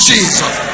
Jesus